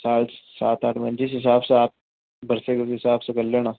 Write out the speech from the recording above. सात सात आठ मंथ जिस हिसाब से आपको लगे उस हिसाब से कर लेना